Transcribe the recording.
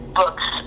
books